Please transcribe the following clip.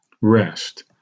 rest